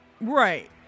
Right